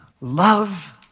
Love